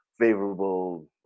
Favorable